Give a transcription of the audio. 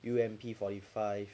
U_M_P fourty five